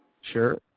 sure